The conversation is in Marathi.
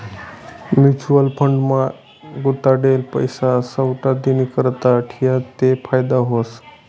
म्युच्युअल फंड मा गुताडेल पैसा सावठा दिननीकरता ठियात ते फायदा व्हस